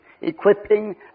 equipping